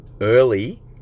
early